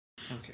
okay